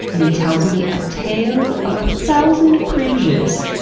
and he tells me a tale of a thousand cringes.